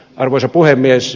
arvoisa puhemies